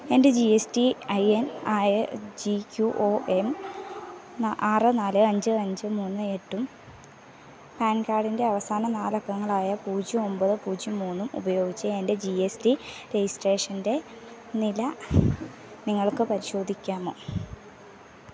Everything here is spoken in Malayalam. എൻ്റെ G S T I N ആയ G Q O M N ആറ് നാല് അഞ്ച് അഞ്ച് മൂന്ന് എട്ടും പാൻ കാർഡിൻ്റെ അവസാന നാലക്കങ്ങളായ പൂജ്യം ഒമ്പത് പൂജ്യം മൂന്നും ഉപയോഗിച്ച് എൻ്റെ ജി എസ് ടി രജിസ്ട്രേഷൻ്റെ നില നിങ്ങൾക്ക് പരിശോധിക്കാമോ